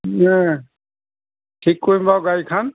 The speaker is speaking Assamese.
ঠিক কৰিম বাৰু গাড়ীখন